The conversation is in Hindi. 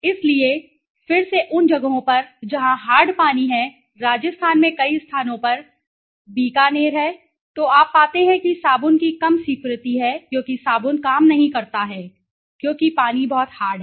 इसलिए फिर से उन जगहों पर जहां हार्ड पानी है राजस्थान में कई स्थानों पर बीकानेर है तो आप पाते हैं कि साबुन की कम स्वीकृति है क्योंकि साबुन काम नहीं करता है क्योंकि पानी बहुत हार्ड है